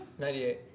98